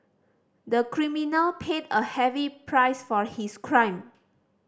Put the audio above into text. the criminal paid a heavy price for his crime